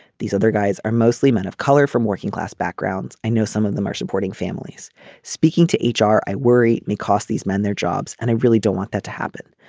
these other guys are mostly men of color from working class backgrounds. i know some of them are supporting families speaking to h r. i worry me cost these men their jobs and i really don't want that to happen.